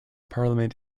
parliament